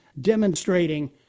demonstrating